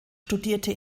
studierte